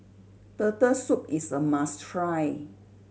Turtle Soup is a must try